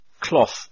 cloth